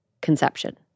conception